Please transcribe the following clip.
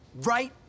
Right